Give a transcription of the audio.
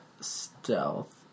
stealth